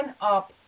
up